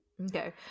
okay